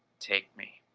take me.